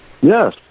Yes